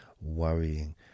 worrying